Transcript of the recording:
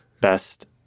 best